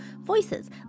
voices